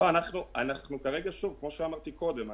כמו שאמרתי קודם,